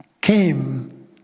came